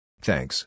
Thanks